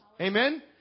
Amen